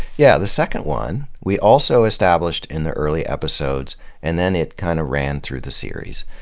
yeah. the second one, we also established in the early episodes and then it kind of ran through the series.